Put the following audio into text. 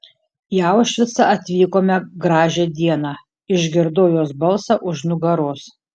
į aušvicą atvykome gražią dieną išgirdau jos balsą už nugaros